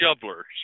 shovelers